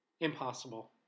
Impossible